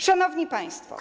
Szanowni Państwo!